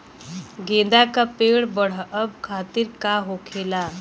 गेंदा का पेड़ बढ़अब खातिर का होखेला?